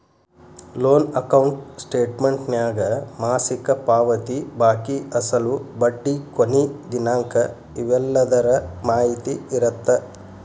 loan account ಸ್ಟೇಟಮೆಂಟ್ನ್ಯಾಗ ಮಾಸಿಕ ಪಾವತಿ ಬಾಕಿ ಅಸಲು ಬಡ್ಡಿ ಕೊನಿ ದಿನಾಂಕ ಇವೆಲ್ಲದರ ಮಾಹಿತಿ ಇರತ್ತ